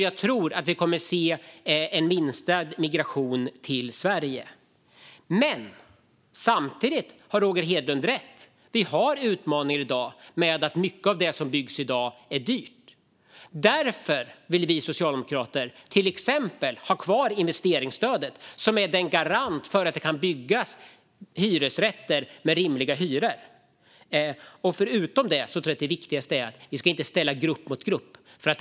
Jag tror alltså att vi kommer att se en minskad migration till Sverige. Samtidigt har Roger Hedlund rätt: Vi har utmaningar med att mycket av det som i dag byggs är dyrt. Därför vill vi socialdemokrater till exempel ha kvar investeringsstödet, som är en garant för att det kan byggas hyresrätter med rimliga hyror. Förutom det tror jag att det viktigaste är att inte ställa grupp mot grupp.